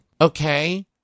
Okay